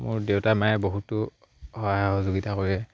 মোৰ দেউতা মায়ে বহুতো সহায় সহযোগিতা কৰে